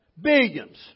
Billions